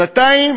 שנתיים